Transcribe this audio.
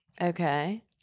Okay